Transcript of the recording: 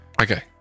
Okay